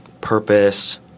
purpose